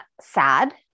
sad